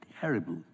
terrible